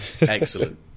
excellent